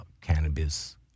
cannabis